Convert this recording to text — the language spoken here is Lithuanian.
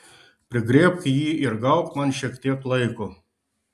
prigriebk jį ir gauk man šiek tiek laiko